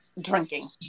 drinking